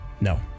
No